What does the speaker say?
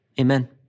amen